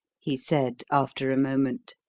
he said, after a moment,